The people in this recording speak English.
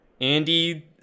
andy